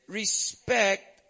respect